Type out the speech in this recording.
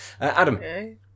Adam